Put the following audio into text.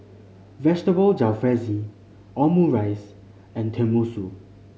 Vegetable Jalfrezi Omurice and Tenmusu